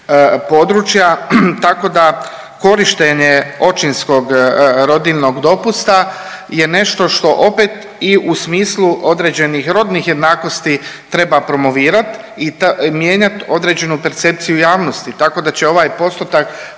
područja, tako da korištenje očinskog rodiljnog dopusta je nešto što opet i u smislu određenih rodnih jednakosti treba promovirat i mijenjat određenu percepciju javnosti. Tako da će ovaj postotak